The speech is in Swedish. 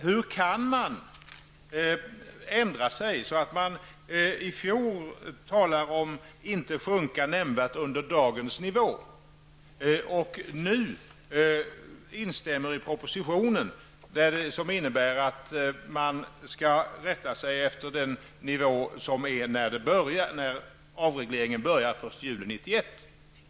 Hur kan man ändra sig så, att man i fjol talade om att stödet inte skulle sjunka nämnvärt under dagens nivå och nu instämmer i propositionen, vilket innebär att man skall rätta sig efter den nivå som är aktuell när avregleringen börjar den 1 juli 1991?